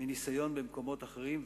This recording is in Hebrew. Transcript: מניסיון במקומות אחרים.